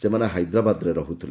ସେମାନେ ହାଇଦ୍ରାବାଦରେ ରହୁଥିଲେ